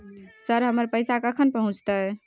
Sir, हमर पैसा कखन पहुंचतै?